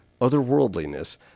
otherworldliness